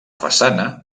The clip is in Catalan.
façana